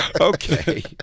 okay